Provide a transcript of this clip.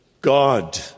God